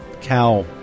cow